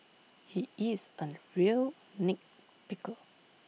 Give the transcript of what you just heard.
he is A real nit picker